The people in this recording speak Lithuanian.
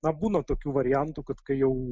na būna tokių variantų kad kai jau